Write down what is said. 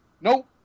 Nope